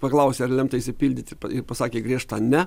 paklausė ar lemta išsipildyti pasakė griežtą ne